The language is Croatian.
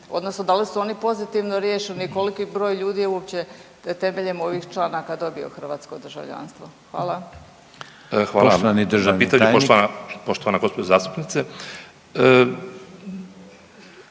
odnosno da li su oni pozitivno riješeni, koliki broj ljudi je uopće temeljem ovih članaka dobio hrvatsko državljanstvo? Hvala. **Reiner, Željko (HDZ)** Poštovani državni tajnik.